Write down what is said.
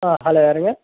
ஆ hello யாருங்க